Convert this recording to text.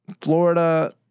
Florida